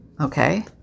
okay